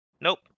nope